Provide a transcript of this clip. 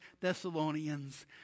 Thessalonians